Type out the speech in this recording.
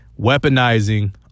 weaponizing